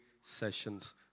sessions